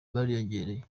yariyongereye